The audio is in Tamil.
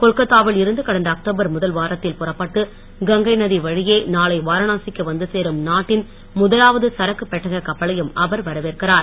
கொல்கத்தாவில் இருந்து கடந்த அக்டோபர் முதல் வாரத்தில் புறப்பட்டு கங்கை நதி வழியே நாளை வாரணாசிக்கு வந்து சேரும் நாட்டின் முதலாவது சரக்குப் பெட்டக கப்பலையும் அவர் வரவேற்கிறார்